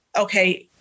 Okay